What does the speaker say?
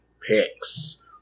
picks